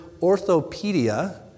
orthopedia